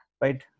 Right